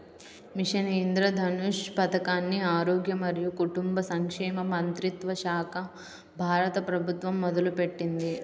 machine Indradhanush పథకాన్ని ఆరోగ్య మరియు కుటుంబ సంక్షేమ మంత్రిత్వశాఖ, భారత ప్రభుత్వం మొదలుపెట్టింది